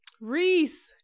Reese